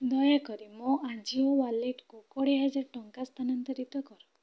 ଦୟାକରି ମୋ ଆଜିଓ ୱାଲେଟ୍କୁ କୋଡ଼ିଏ ହଜାର ଟଙ୍କା ସ୍ଥାନାନ୍ତରିତ କର